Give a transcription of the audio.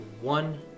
one